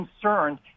concerned